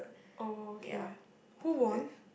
oh okay who won